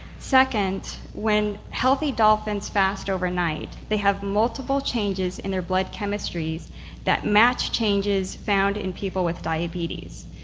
second, when healthy dolphins fast overnight they have multiple changes in their blood chemistries that match changes found in people with diabetes.